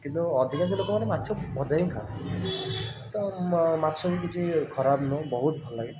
କିନ୍ତୁ ଅଧିକାଂଶ ଲୋକମାନେ ମାଛ ଭଜା ହିଁ ଖାଆନ୍ତି ତ ମ ମାଛ ବି କିଛି ଖରାପ ନୁହଁ ବହୁତ ଭଲ ଲାଗେ